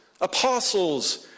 apostles